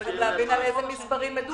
צריך להבין על איזה מספרים מדובר.